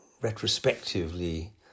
retrospectively